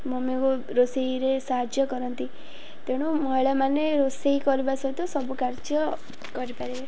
ମମିକୁ ରୋଷେଇରେ ସାହାଯ୍ୟ କରନ୍ତି ତେଣୁ ମହିଳାମାନେ ରୋଷେଇ କରିବା ସହିତ ସବୁ କାର୍ଯ୍ୟ କରିପାରିବେ